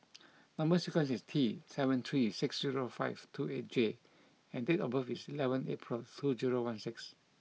number sequence is T seven three six zero five two eight J and date of birth is eleventh April two zero one six